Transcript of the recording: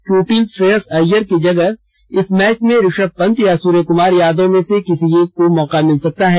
चोटिल श्रेयस अय्यर की जगह इस मैच में ऋषभ पंत या सूर्यकुमार यादव में से किसी एक को मौका मिल सकता है